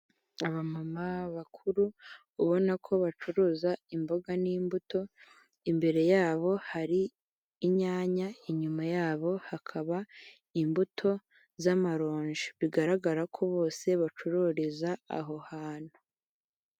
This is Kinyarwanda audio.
Abamama bakuru, ubona ko bacuruza imboga n'imbuto, imbere yabo hari inyanya, inyuma yabo hakaba imbuto z'amaronji. Bigaragara ko bose, bacururiza aho hantu.